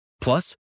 Plus